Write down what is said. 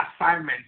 assignment